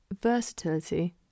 versatility